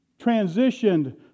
transitioned